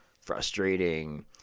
frustrating